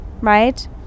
right